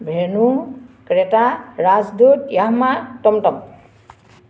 venue Creta Rajdoot Yamaha টমটম